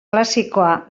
klasikoa